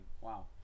wow